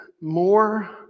more